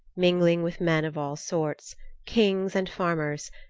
mingling with men of all sorts kings and farmers,